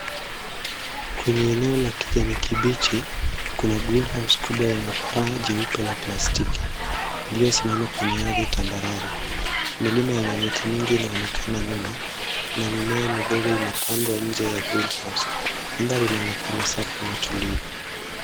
Kwenye eneo la kijani kibicha kuna greenhouse kubwa yenye paa jeupe la plastiki iliyosimama kwenye ardhi tambarare. Milima yenye miti mingi inaonekana nyuma na mimea midogo imepandwa nje ya greenhouse . Anga linaonekana safi na tulivu.